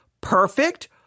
perfect